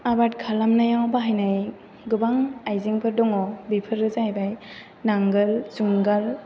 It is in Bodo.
आबाद खालामनायाव बाहायनाय गोबां आइजेंफोर दङ बेफोरो जाहैबाय नांगोल जुंगाल